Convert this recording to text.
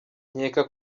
nkeka